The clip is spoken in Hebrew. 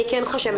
אני כן חושבת